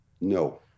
No